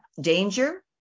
danger